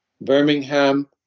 Birmingham